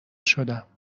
شدم